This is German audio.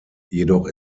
jedoch